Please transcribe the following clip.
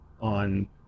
on